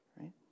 right